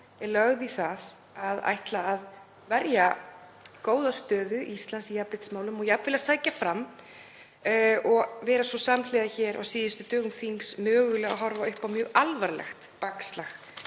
er lögð í það að verja góða stöðu Íslands í jafnréttismálum, og jafnvel að sækja fram, og vera svo samhliða hér á síðustu dögum þings mögulega að horfa upp á mjög alvarlegt bakslag